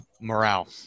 morale